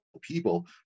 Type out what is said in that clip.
people